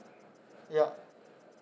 ya